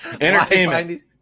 Entertainment